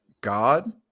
God